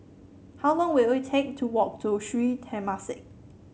how long will it take to walk to Sri Temasek